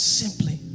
simply